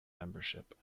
membership